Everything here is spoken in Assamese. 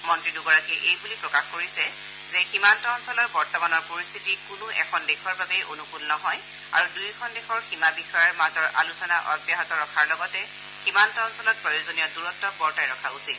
মন্ত্ৰী দুগৰাকীয়ে এইবুলি প্ৰকাশ কৰিছে যে সীমান্ত অঞ্চলৰ বৰ্তমানৰ পৰিস্থিতি কোনো এখন দেশৰ বাবে অনুকূল নহয আৰু দুয়োখন দেশৰ সীমা বিষয়ৰ মাজৰ আলোচনা অব্যাহত ৰখাৰ লগতে সীমান্ত অঞ্চলত প্ৰয়োজনীয় দূৰত্ব বৰ্তাই ৰখা উচিত